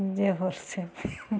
जे होल से